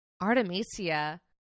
Artemisia